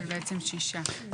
- -"6.